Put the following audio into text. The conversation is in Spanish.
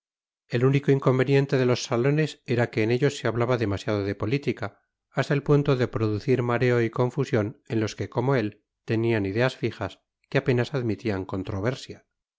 el único inconveniente de los salones era que en ellos se hablaba demasiado de política hasta el punto de producir mareo y confusión en los que como él tenían ideas fijas que apenas admitían controversia